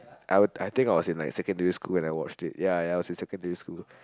I'll I think I was in secondary school when I watched it ya I was in secondary school